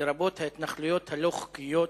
לרבות ההתנחלויות הלא-חוקיות